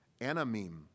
Anamim